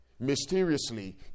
mysteriously